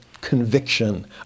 conviction